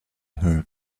her